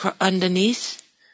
underneath